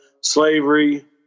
slavery